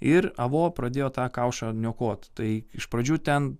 ir avo pradėjo tą kaušą niokot tai iš pradžių ten